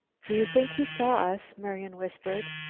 do you think he saw us? marian whispered.